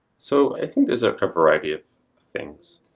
so i think there's a ah variety of things.